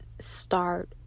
start